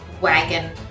wagon